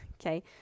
Okay